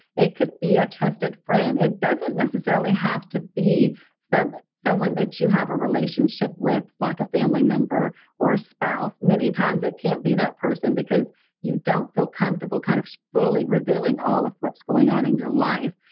it could be a trusted friend. it doesn't necessarily have to be someone someone that you have a relationship with like a family member or spouse. many times it can't be that person because you don't feel comfortable kind of fully revealing all of what's going in your life.